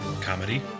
comedy